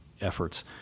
efforts